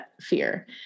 fear